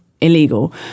illegal